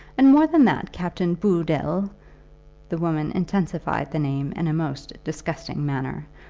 and, more than that, captain booddle the woman intensified the name in a most disgusting manner,